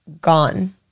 gone